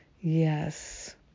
Yes